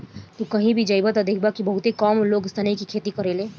तू कही भी जइब त देखब कि बहुते कम लोग सनई के खेती करेले